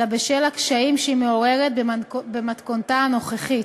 אלא בשל הקשיים שהיא מעוררת במתכונתה הנוכחית.